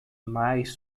mais